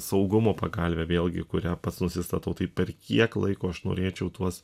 saugumo pagalvę vėlgi kurią pats nusistatau tai per kiek laiko aš norėčiau tuos